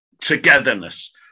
togetherness